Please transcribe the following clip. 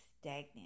stagnant